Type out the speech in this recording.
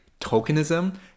tokenism